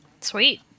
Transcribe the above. sweet